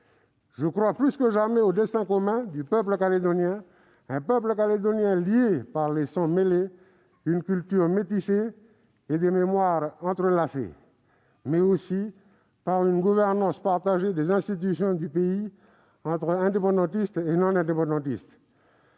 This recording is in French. Je crois plus que jamais au destin commun du peuple calédonien, lié par des sangs mêlés, une culture métissée et des mémoires entrelacées, ainsi que par une gouvernance partagée des institutions du pays, entre indépendantistes et non-indépendantistes.